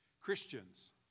Christians